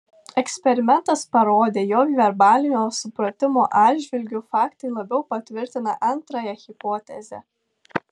eksperimentas parodė jog verbalinio supratimo atžvilgiu faktai labiau patvirtina antrąją hipotezę